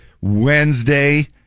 Wednesday